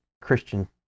Christian